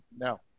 No